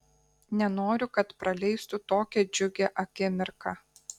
nenoriu kad praleistų tokią džiugią akimirką